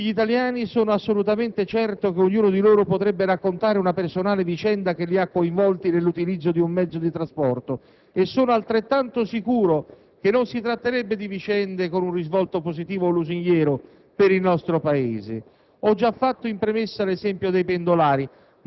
Se oggi, qui, in quest'Aula, potessimo invitare tutti gli italiani, sono assolutamente certo che ognuno di loro potrebbe raccontare una personale vicenda che li ha coinvolti nell'utilizzo di un mezzo di trasporto, e sono altrettanto sicuro che non si tratterebbe di vicende con un risvolto positivo o lusinghiero